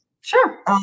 Sure